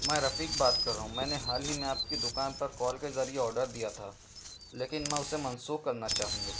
میں رفیق بات کر رہا ہوں میں نے حال ہی میں آپ کی دکان پر کال کے ذریعہ آڈر دیا تھا لیکن میں اسے منسوخ کرنا چاہوں گا